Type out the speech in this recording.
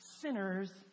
sinners